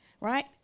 right